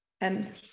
and-